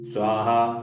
Swaha